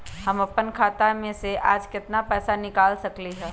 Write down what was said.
हम अपन खाता में से आज केतना पैसा निकाल सकलि ह?